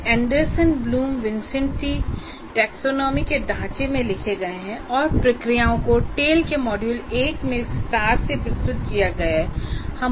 वे Anderson Bloom विन्सेंटी taxonomy के ढांचे में लिखे गए हैं और प्रक्रियाओं को टेल के मॉड्यूल 1 में विस्तार से प्रस्तुत किया गया है